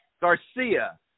garcia